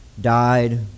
died